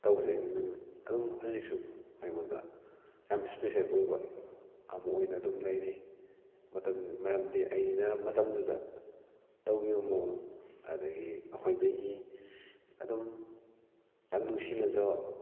ꯇꯧꯖꯩ ꯑꯗꯨꯝ ꯍꯧꯖꯤꯛꯁꯨ ꯑꯩꯉꯣꯟꯗ ꯌꯥꯝ ꯏꯁꯄꯦꯁꯦꯜ ꯑꯣꯏꯕ ꯑꯃ ꯑꯣꯏꯅ ꯑꯗꯨꯝ ꯂꯩꯔꯤ ꯃꯔꯝꯗꯤ ꯑꯩꯅ ꯃꯇꯝꯗꯨꯗ ꯇꯧꯈꯤꯕ ꯃꯑꯣꯡ ꯑꯗꯒꯤ ꯑꯩꯈꯣꯏ ꯉꯩꯒꯤ ꯑꯗꯨꯝ ꯌꯥꯝ ꯅꯨꯡꯁꯤꯅꯖꯕ